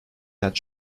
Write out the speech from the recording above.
that